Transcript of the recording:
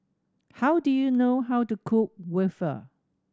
how do you know how to cook waffle